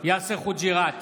יאסר חוג'יראת,